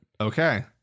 okay